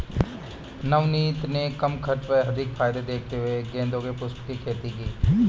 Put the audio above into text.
नवनीत ने कम खर्च व अधिक फायदे देखते हुए गेंदे के पुष्पों की खेती की